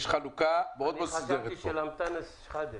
בבקשה, חבר הכנסת טיבי.